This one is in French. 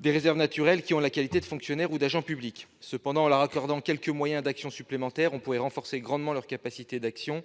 des réserves naturelles qui ont la qualité de fonctionnaires ou d'agent public. Cependant, en leur accordant quelques moyens d'action supplémentaires, on pourrait renforcer grandement leur capacité d'action.